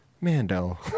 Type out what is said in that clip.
Mando